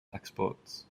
exports